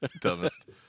Dumbest